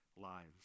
lives